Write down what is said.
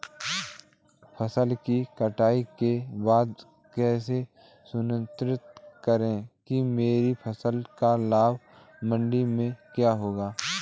फसल की कटाई के बाद कैसे सुनिश्चित करें कि मेरी फसल का भाव मंडी में क्या होगा?